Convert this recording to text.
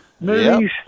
movies